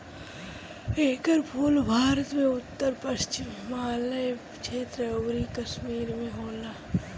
एकर फूल भारत में उत्तर पश्चिम हिमालय क्षेत्र अउरी कश्मीर में होला